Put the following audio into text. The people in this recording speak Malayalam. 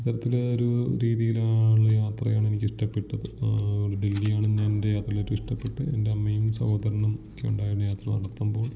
അത്തരത്തിലെ ഒരു രീതിയിലാ ഉള്ള യാത്രയാണ് എനിക്കിഷ്ടപ്പെട്ടത് ഡെല്ലിയാണിന്നെൻ്റെ യാത്രയിൽ ഏറ്റും ഇഷ്ടപ്പെട്ട എൻ്റെ അമ്മയും സഹോദരനും ഒക്കെ ഉണ്ടായിരുന്നു യാത്ര നടത്തുമ്പോൾ